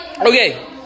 Okay